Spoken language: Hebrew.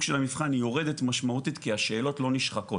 של המבחן יורדת משמעותית כי השאלות לא נשחקות,